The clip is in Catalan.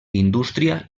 indústria